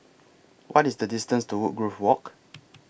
What IS The distance to Woodgrove Walk